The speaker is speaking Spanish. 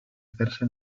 hacerse